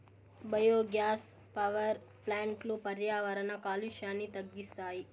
biogas power ప్లాంట్లు పర్యావరణ కాలుష్యాన్ని తగ్గిస్తాయి